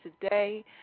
today